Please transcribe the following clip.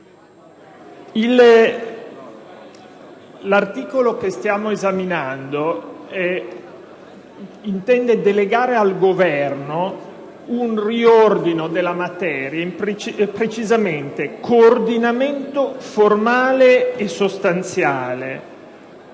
L'articolo che stiamo esaminando intende delegare al Governo un riordino della materia e, più precisamente, il coordinamento formale e sostanziale,